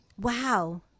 Wow